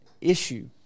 issue